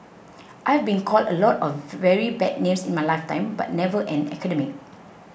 I've been called a lot of very bad names in my lifetime but never an academic